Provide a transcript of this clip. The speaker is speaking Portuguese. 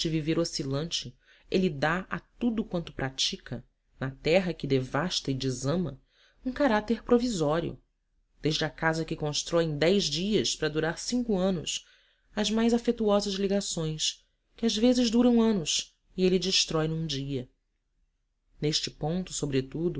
viver oscilante ele dá a tudo quanto pratica na terra que devasta e desama um caráter provisório desde a casa que constrói em dez dias para durar cinco anos às mais afetuosas ligações que às vezes duram anos e ele destrói num dia neste ponto sobretudo